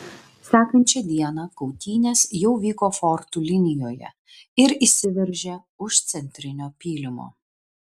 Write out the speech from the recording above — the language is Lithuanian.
sekančią dieną kautynės jau vyko fortų linijoje ir įsiveržė už centrinio pylimo